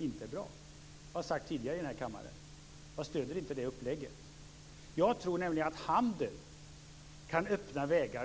inte är bra. Det har jag sagt tidigare här i kammaren. Jag stöder inte den uppläggningen. Jag tror nämligen att handel kan öppna vägar.